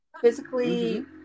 physically